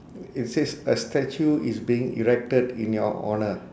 it says a statue is being erected in your honour